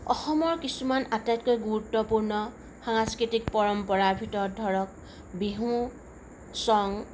সময়ৰ কিছুমান আটাইতকৈ গুৰুত্বপূৰ্ণ সাংস্কৃতিক পৰম্পৰাৰ ভিতৰত ধৰক বিহু ছং